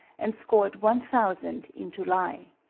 and scored one thousand in july.